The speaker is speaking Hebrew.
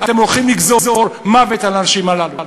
אתם הולכים לגזור מוות על האנשים הללו.